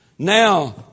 Now